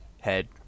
head